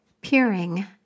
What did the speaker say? Peering